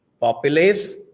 populace